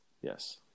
Yes